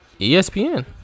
ESPN